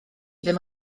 ddim